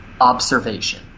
observation